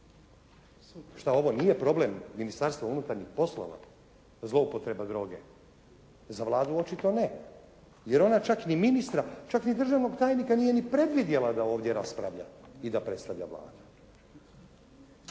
Šta ovo nije problem Ministarstva unutarnjih poslova zloupotreba droge? Za Vladu očito ne jer ona čak ni ministra, čak ni državnog tajnika nije ni predvidjela da ovdje raspravlja i da predstavlja Vladu.